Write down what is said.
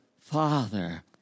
father